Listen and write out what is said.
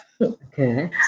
Okay